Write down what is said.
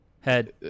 Head